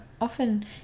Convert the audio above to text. often